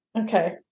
Okay